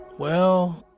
well,